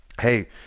hey